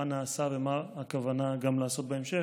מה נעשה ומה הכוונה גם לעשות בהמשך.